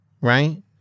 right